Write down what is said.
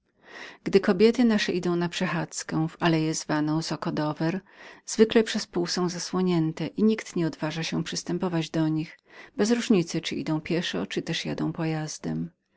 gdy kobiety nasze idą na przechadzkę zwaną zocodover zwykle przez pół są zasłonięte i nikt nie odważa się przystępować do nich bądź czyli idą pieszo lub też czy jadą pojazdem